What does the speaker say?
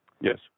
Yes